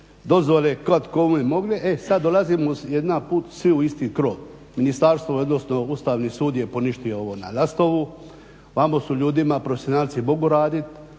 dozvole kad kome mogne. E sad dolazimo jedanput svi u isti krov. Ministarstvo, odnosno Ustavni sud je poništio ovo na Lastovu. Vamo su ljudima, profesionalci mogu radit.